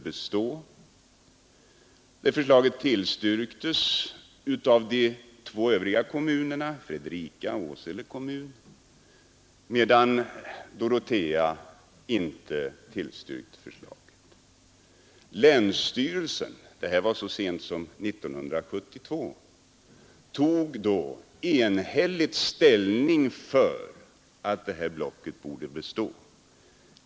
Fredrika och Åsele ansåg att den nuvarande indelningen borde bestå, medan Dorotea uttalade sig för en annan indelning. Detta var så sent som 1971.